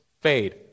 fade